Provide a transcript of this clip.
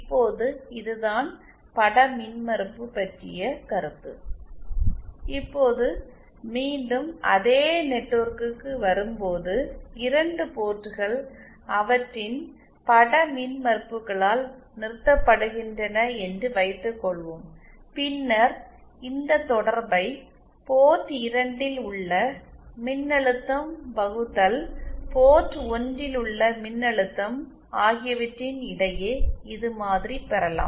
இப்போது இதுதான் பட மின்மறுப்பு பற்றிய கருத்து இப்போது மீண்டும் அதே நெட்வொர்க்கிற்கு வரும்போது இரண்டு போர்ட்கள் அவற்றின் பட மின்மறுப்புகளால் நிறுத்தப்படுகின்றன என்று வைத்துக்கொள்வோம் பின்னர் இந்த தொடர்பை போர்ட் 2ல் உள்ள மின்னழுத்தம் வகுத்தல் போர்ட் 1ல் உள்ள மின்னழுத்தம் ஆகியவற்றின் இடையே இது மாதிரி பெறலாம்